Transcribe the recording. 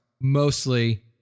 mostly